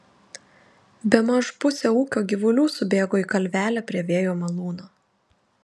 bemaž pusė ūkio gyvulių subėgo į kalvelę prie vėjo malūno